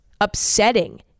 upsetting